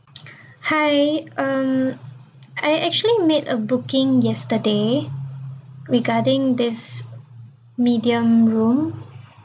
hi um I actually made a booking yesterday regarding this medium room